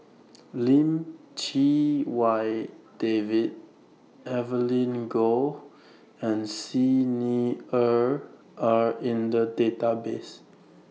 Lim Chee Wai David Evelyn Goh and Xi Ni Er Are in The Database